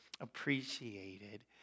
appreciated